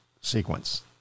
sequence